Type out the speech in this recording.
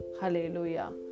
Hallelujah